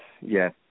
yes